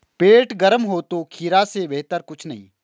पेट गर्म हो तो खीरा से बेहतर कुछ नहीं